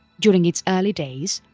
during its early days,